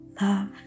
love